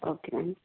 okay ma'am